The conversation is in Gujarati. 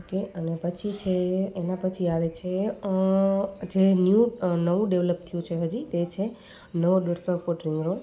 તે અને પછી છે એના પછી આવે છે જે ન્યુ નવું ડેવલપ થયું છે હજી તે છે નવો દોઢસો ફૂટ રિવર